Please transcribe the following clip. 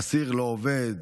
אסיר לא עובד,